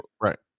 Right